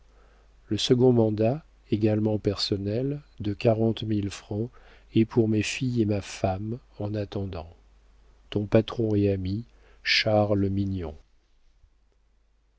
le second mandat également personnel de quarante mille francs est pour mes filles et ma femme en attendant ton patron et ami charles mignon